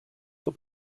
that